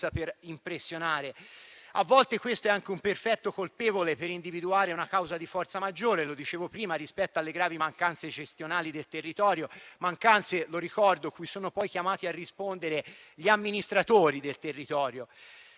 A volte questo è anche un perfetto colpevole per individuare una causa di forza maggiore - come dicevo prima - rispetto alle gravi mancanze gestionali del territorio; mancanze cui sono poi chiamati a rispondere gli amministratori del territorio.